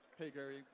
hey gary.